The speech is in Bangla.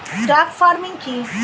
ট্রাক ফার্মিং কি?